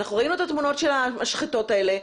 אנחנו ראינו את התמונות של המשחטות האלה,